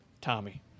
Tommy